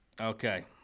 Okay